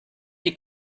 die